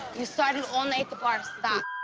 you started all night at the bar. stop.